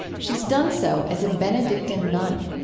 she's done so as a benedictine nun.